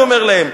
אני אומר להם,